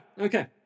okay